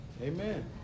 amen